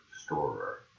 Storer